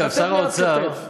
כתף ליד כתף.